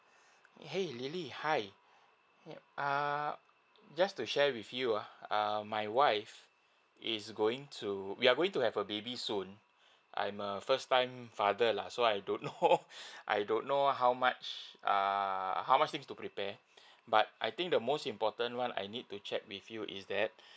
!hey! lily hi yup err just to share with you uh err my wife is going to we are going to have a baby soon I'm a first time father lah so I don't know I don't know how much err how much things to prepare but I think the most important one I need to check with you is that